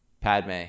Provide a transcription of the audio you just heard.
Padme